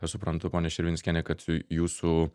aš suprantu ponia širvinskiene kad a jūsų